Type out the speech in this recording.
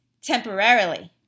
temporarily